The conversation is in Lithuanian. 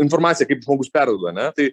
informaciją kaip žmogus perduoda ane tai